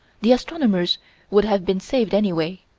the astronomers would have been saved anyway.